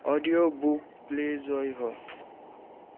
audio book play जय हो